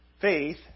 faith